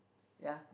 ya